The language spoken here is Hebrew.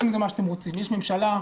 שהוא בליבת החוק,